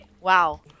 wow